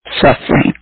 suffering